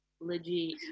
legit